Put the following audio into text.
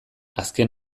azken